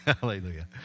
hallelujah